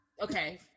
Okay